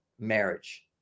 marriage